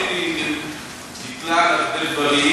אני נתלה על הרבה דברים,